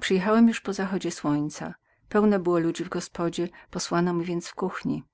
przyjechałem już po zachodzie słońca pełno było ludzi w gospodzie posłano mi więc w kuchni